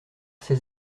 ces